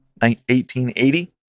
1880